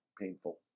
painful